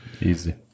Easy